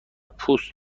پوست